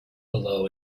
below